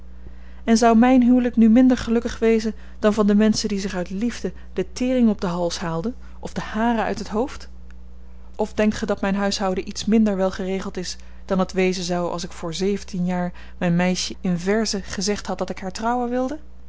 en zou myn huwelyk nu minder gelukkig wezen dan van de menschen die zich uit liefde de tering op den hals haalden of de haren uit het hoofd of denkt ge dat myn huishouden iets minder wel geregeld is dan het wezen zou als ik voor zeventien jaar myn meisjen in verzen gezegd had dat ik haar trouwen wilde